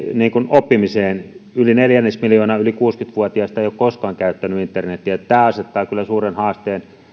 oppimiseen yli neljännesmiljoona yli kuusikymmentä vuotiaista ei ole koskaan käyttänyt internetiä ja tämä asettaa kyllä suuren haasteen